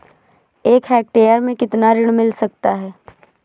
एक हेक्टेयर में कितना ऋण मिल सकता है?